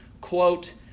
Quote